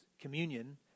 communion